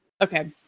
Okay